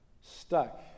stuck